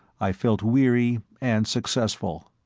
i felt weary and successful.